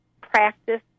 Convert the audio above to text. practice